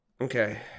Okay